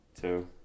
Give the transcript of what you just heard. two